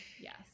Yes